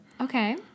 Okay